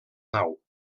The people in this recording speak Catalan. nau